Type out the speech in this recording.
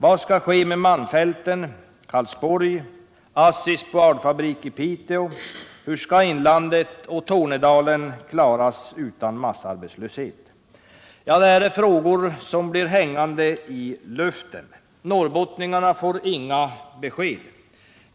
Vad skall ske med malmfälten, Karlsborg, ASSI:s boardfabrik i Piteå, hur skall inlandet och Tornedalen klaras utan massarbetslöshet? Det här är frågor som blir hängande i luften. Norrbottningarna får inga besked.